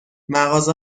مغازه